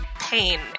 pain